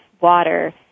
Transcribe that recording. water